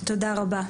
תודה רבה.